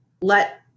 let